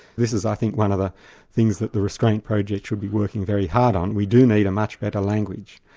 this is i think one of the things that the restraint project should be working very hard on. we do need a much better language.